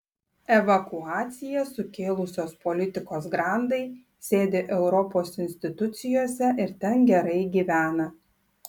evakuaciją sukėlusios politikos grandai sėdi europos institucijose ir ten gerai gyvena